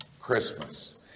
Christmas